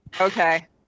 okay